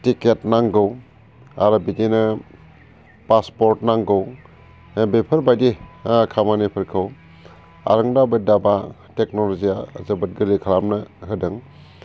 ticket नांगौ आरो बिदिनो पासपर्ट नांगौ दा बेफोरबायदि ओ खामानिफोरखौ आरोंदामिना टेक्नलजिया जोबोद गोरलै खालामनो होदों